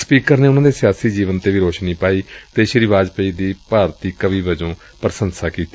speaker ਨੇ ਉਨੂਾਂ ਦੇ ਸਿਆਸੀ ਜੀਵਨ ਤੇ ਵੀ ਰੌਸ਼ਨੀ ਪਾਈ ਅਤੇ ਸ੍ਰੀ ਵਾਜਪਾਈ ਦੀ ਭਾਰਤੀ ਕਵੀ ਵਜੋਂ ਵੀ ਪ੍ਰੰਸਾ ਕੀਤੀ